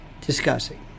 discussing